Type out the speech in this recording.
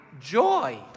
joy